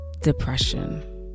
depression